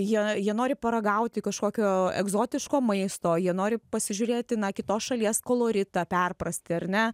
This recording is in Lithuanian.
jie jie nori paragauti kažkokio egzotiško maisto jie nori pasižiūrėti na kitos šalies koloritą perprasti ar ne